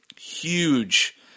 huge